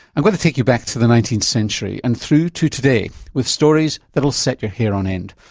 i'm going to take you back to the nineteenth century and through to today with stories that'll set your hair on end,